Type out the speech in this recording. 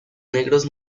negros